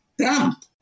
Trump